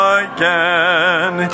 again